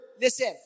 Listen